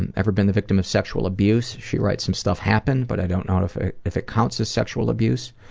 and ever been the victim of sexual abuse? she writes, some stuff happened but i don't know if it if it counts as sexual abuse.